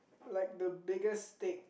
like the biggest steak